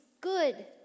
good